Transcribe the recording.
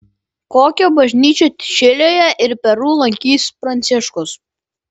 kokią bažnyčią čilėje ir peru lankys pranciškus